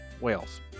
whales